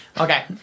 Okay